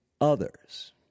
others